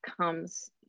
comes